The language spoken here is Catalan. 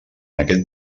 aquest